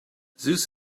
zeus